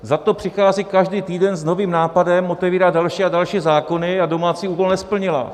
Zato přichází každý týden s novým nápadem otevírat další a další zákony a domácí úkol nesplnila.